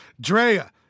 Drea